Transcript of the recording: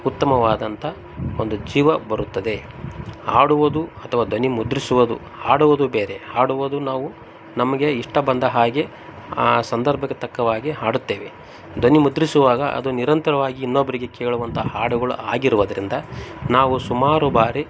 ಉತ್ತಮವಾದಂಥ ಒಂದು ಜೀವ ಬರುತ್ತದೆ ಹಾಡುವುದು ಅಥವಾ ಧ್ವನಿಮುದ್ರಿಸುವುದು ಹಾಡುವುದು ಬೇರೆ ಹಾಡುವುದು ನಾವು ನಮಗೆ ಇಷ್ಟ ಬಂದ ಹಾಗೆ ಆ ಸಂದರ್ಭಕ್ಕೆ ತಕ್ಕವಾಗಿ ಹಾಡುತ್ತೇವೆ ಧ್ವನಿಮುದ್ರಿಸುವಾಗ ಅದು ನಿರಂತರ್ವಾಗಿ ಇನ್ನೊಬ್ಬರಿಗೆ ಕೇಳುವಂಥ ಹಾಡುಗಳು ಆಗಿರುವುದ್ರಿಂದ ನಾವು ಸುಮಾರು ಬಾರಿ